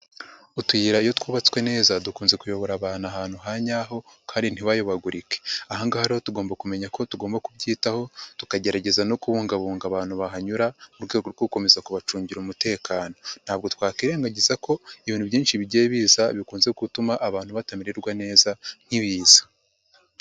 Utuyira iyo twubatswe neza dukunze kuyobora abantu ahantu ha nyaho kandi ntibayobagurike, aha ngaha rero tugomba kumenya ko tugomba kubyitaho, tukagerageza no kubungabunga abantu bahanyura mu rwego rwo gukomeza kubacungira umutekano, ntabwo twakwirengagiza ko ibintu byinshi bigiye biza bikunze gutuma abantu batamererwa neza nk'ibiza.